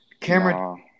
Cameron